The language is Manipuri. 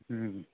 ꯎꯝ